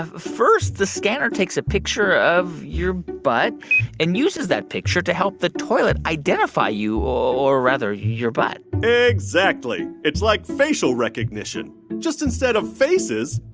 first, the scanner takes a picture of your butt and uses that picture to help the toilet identify you or, rather, your butt exactly. it's like facial recognition just instead of faces,